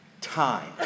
time